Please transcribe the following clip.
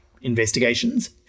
investigations